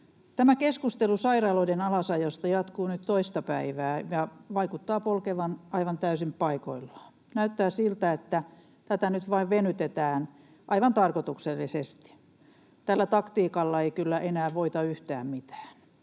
Tämä keskustelu sairaaloiden alasajosta jatkuu nyt toista päivää ja vaikuttaa polkevan aivan täysin paikoillaan. Näyttää siltä, että tätä nyt vain venytetään aivan tarkoituksellisesti. Tällä taktiikalla ei kyllä enää voita yhtään mitään.